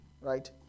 right